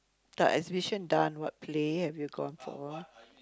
the exhibition done what play have you gone for